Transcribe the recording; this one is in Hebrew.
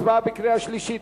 הצבעה בקריאה שלישית.